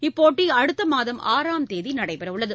இப்போட்டிஅடுத்தமாதம் ஆறாம் தேதிநடைபெறவுள்ளது